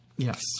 Yes